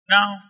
Now